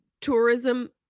tourism